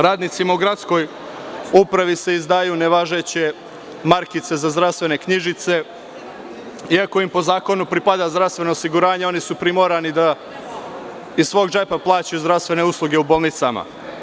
Radnicima u Gradskoj upravi se izdaju nevažeće markice za zdravstvene knjižice, iako im po zakonu pripada zdravstveno osiguranje, oni su primorani da iz svog džepa plaćaju zdravstvene usluge u bolnicama.